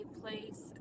place